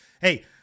Hey